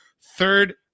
Third